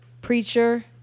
preacher